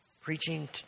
preaching